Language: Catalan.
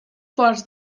forts